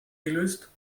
gelöst